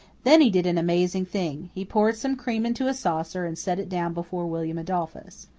then he did an amazing thing. he poured some cream into a saucer and set it down before william adolphus.